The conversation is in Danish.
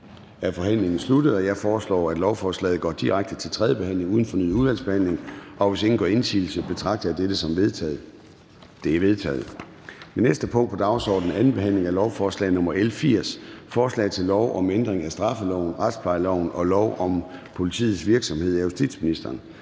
er forhandlingen sluttet. Jeg foreslår, at lovforslaget går direkte til tredje behandling uden fornyet udvalgsbehandling. Hvis ingen gør indsigelse, betragter jeg dette som vedtaget. Det er vedtaget. --- Det næste punkt på dagsordenen er: 19) 2. behandling af lovforslag nr. L 80: Forslag til lov om ændring af straffeloven, retsplejeloven og lov om politiets virksomhed. (Initiativer